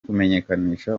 kumenyekanisha